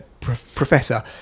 professor